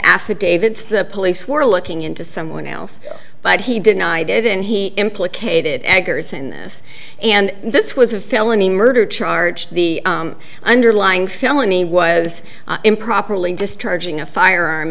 affidavits the police were looking into someone else but he denied it and he implicated eggers and and this was a felony murder charge the underlying felony was improperly discharging a firearm